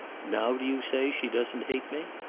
now do you say she doesn't hate me?